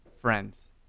friends